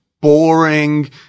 boring